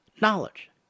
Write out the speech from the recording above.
knowledge